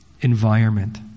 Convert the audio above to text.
environment